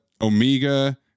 omega